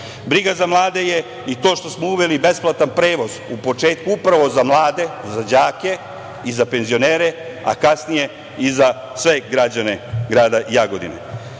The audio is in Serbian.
Briga za mlade je i to što uveli besplatan prevoz u početku upravo za mlade, za đake i za penzionere, a kasnije i za sve građane grada Jagodina. Briga